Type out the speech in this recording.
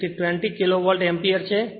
તેથી 20 kilovolt ampere છે